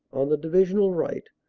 on the divisional right,